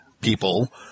people